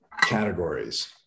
categories